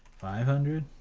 five hundred.